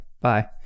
bye